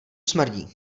smrdí